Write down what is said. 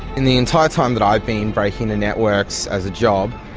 in the entire time that i've been breaking the networks as a job,